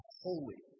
holy